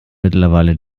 mittlerweile